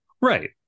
right